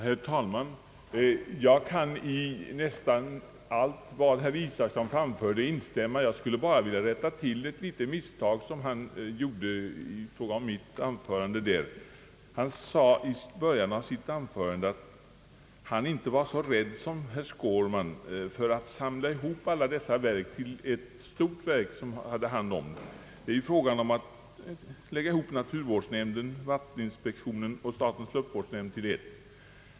Herr talman! Jag kan instämma i nästan allt av det som herr Isacson här anförde. Jag skulle bara vilja rätta till ett litet misstag som han gjorde. Han sade i början av sitt anförande att han inte var så rädd som jag för att samla ihop alla dessa verk till ett stort verk, nämligen bl.a. naturvårdsnämnden, statens vatteninspektion och statens friluftsnämnd.